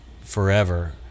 forever